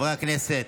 חברי הכנסת,